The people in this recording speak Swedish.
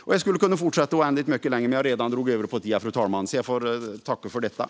Jag skulle kunna fortsätta oändligt mycket längre, men jag har redan dragit över på tiden, fru talman.